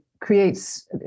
creates